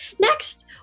Next